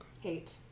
Hate